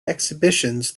exhibitions